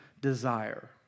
desire